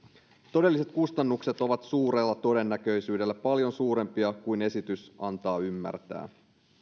todelliset kustannukset ovat suurella todennäköisyydellä paljon suurempia kuin esitys antaa ymmärtää